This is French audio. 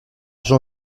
j’en